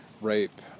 rape